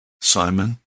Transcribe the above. Simon